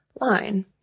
line